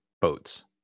boats